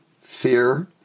fear